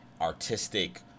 artistic